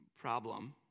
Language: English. problem